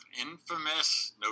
infamous